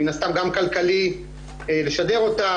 מן הסתם גם כלכלי לשדר אותם,